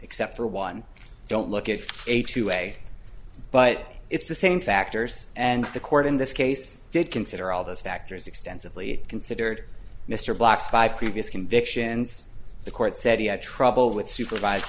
except for one don't look at a two way but if the same factors and the court in this case did consider all those factors extensively considered mr black's five previous convictions the court said he had trouble with supervised